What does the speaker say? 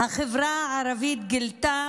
החברה הערבית גילתה